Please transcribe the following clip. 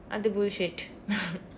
அது:athu bullshit